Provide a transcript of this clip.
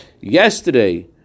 Yesterday